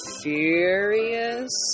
furious